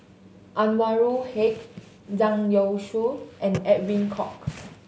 Anwarul Haque Zhang Youshuo and Edwin Koek